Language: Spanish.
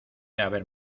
haber